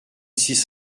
six